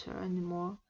anymore